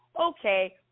Okay